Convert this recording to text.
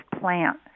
plant